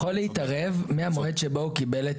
להתערב מהמועד שבו הוא קיבל את